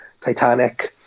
Titanic